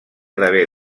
d’haver